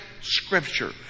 Scripture